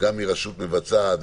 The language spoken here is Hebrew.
מרשות מבצעת,